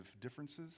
differences